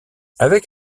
avec